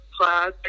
class